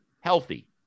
healthy